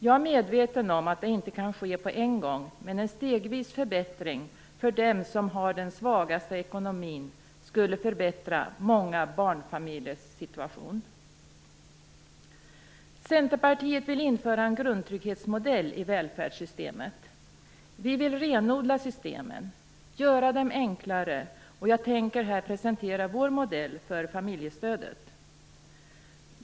Jag är medveten om att det inte kan ske på en gång, men en stegvis förbättring för dem som har den svagaste ekonomin skulle förbättra många barnfamiljers situation. Centerpartiet vill införa en grundtrygghetsmodell i välfärdssystemet. Vi vill renodla systemen och göra dem enklare. Jag tänker här presentera vår modell för familjestödet.